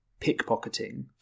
pickpocketing